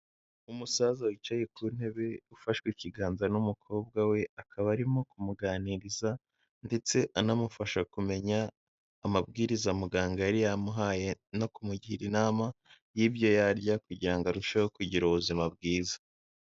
Umusaza wicaye ku ntebe ufashwe ikiganza n'umukobwa we akaba arimo kumuganiriza ndetse anamufasha kumenya amabwiriza muganga yari yamuhaye no kumugira inama y'ibyo yarya kugira ngo arusheho kugira ubuzima bwiza.